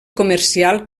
comercial